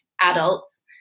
adults